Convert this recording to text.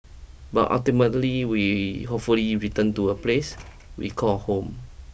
but ultimately we hopefully return to a place we call home